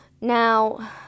Now